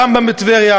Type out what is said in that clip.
קבר הרמב״ם בטבריה,